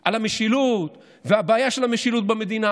על המשילות והבעיה של המשילות במדינה,